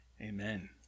Amen